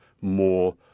more